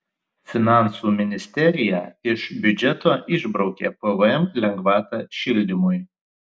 finansų ministerija iš biudžeto išbraukė pvm lengvatą šildymui